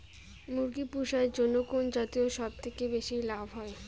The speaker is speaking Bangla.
মুরগি পুষার জন্য কুন জাতীয় সবথেকে বেশি লাভ হয়?